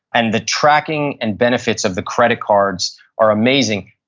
and the tracking and benefits of the credit cards are amazing.